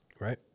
right